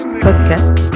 Podcast